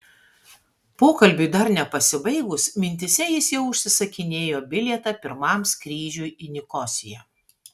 pokalbiui dar nepasibaigus mintyse jis jau užsisakinėjo bilietą pirmam skrydžiui į nikosiją